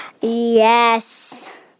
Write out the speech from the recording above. Yes